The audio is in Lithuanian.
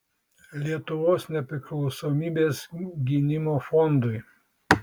lietuvos nepriklausomybės gynimo fondui